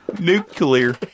Nuclear